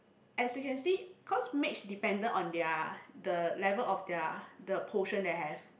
as you can see cause mage dependent on their the level of their the potion they have